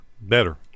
Better